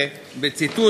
בציטוט,